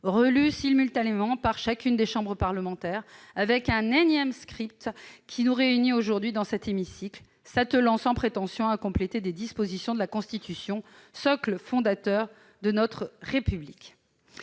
relus simultanément par chacune des chambres parlementaires, avec un énième script qui nous réunit aujourd'hui dans cet hémicycle, pour nous attacher sans prétention à compléter des dispositions de la Constitution, socle fondateur de notre République.